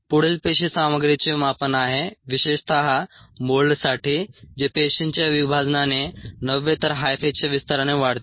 पुढील पेशी सामग्रीचे मापन आहे विशेषत मोल्डसाठी जे पेशींच्या विभाजनाने नव्हे तर हायफेच्या विस्ताराने वाढते